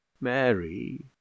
Mary